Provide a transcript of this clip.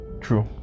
True